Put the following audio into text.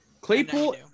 Claypool